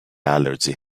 allergy